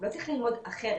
הוא לא צריך ללמוד אחרת,